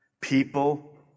People